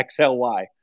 XLY